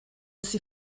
sie